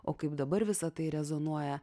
o kaip dabar visa tai rezonuoja